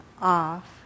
off